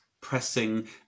pressing